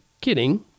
kidding